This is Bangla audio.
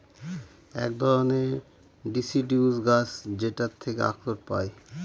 এক ধরনের ডিসিডিউস গাছ যেটার থেকে আখরোট পায়